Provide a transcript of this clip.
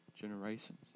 generations